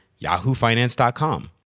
yahoofinance.com